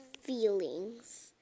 feelings